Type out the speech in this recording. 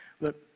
Look